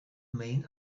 main